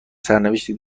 سرنوشتی